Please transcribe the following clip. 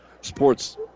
Sports